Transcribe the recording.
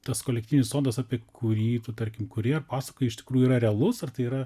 tas kolektyvinis sodas apie kurį tu tarkim kuri pasakoji iš tikrųjų yra realus ar tai yra